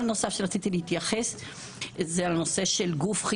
נוסף על כך רציתי להתייחס גם לגוף חיצוני.